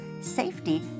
safety